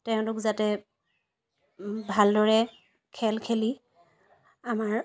তেওঁলোক যাতে ভালদৰে খেল খেলি আমাৰ